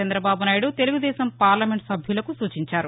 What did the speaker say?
Chandrababu Naidu Telugu Desam parliament సభ్యులకు సూచించారు